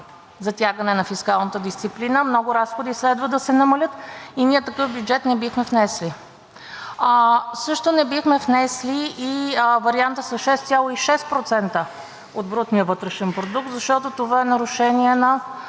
затягане на фискалната дисциплина. Много разходи следва да се намалят и ние такъв бюджет не бихме внесли. Не бихме внесли и варианта с 6,6% от брутния вътрешен продукт, защото това е нарушение на